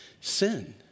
sin